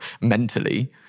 mentally